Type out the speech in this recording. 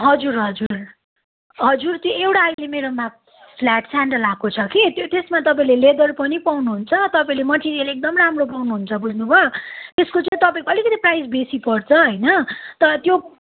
हजुर हजुर हजुर त्यो एउटा अहिले मेरोमा फ्ल्याट सेन्डल आएको छ कि त्यो त्यसमा तपाईँले लेदरको पनि पाउनुहुन्छ तपाईँले मटेरियल एकदम राम्रो पाउनुहुन्छ बुझ्नु भयो यसको चाहिँ तपाईँको अलिकति प्राइस बेसी पर्छ होइन तर त्यो